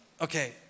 Okay